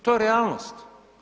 To je realnost.